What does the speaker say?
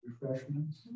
refreshments